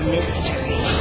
Mystery